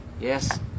Yes